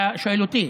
אתה שואל אותי?